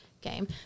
game